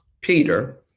Peter